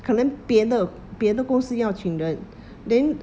可能别的别的公司要请人 then